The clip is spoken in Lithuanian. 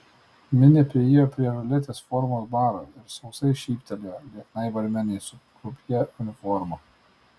minė priėjo prie ruletės formos baro ir sausai šyptelėjo lieknai barmenei su krupjė uniforma